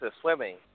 swimming